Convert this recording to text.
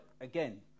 again